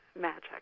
magic